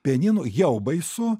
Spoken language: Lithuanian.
pianinu jau baisu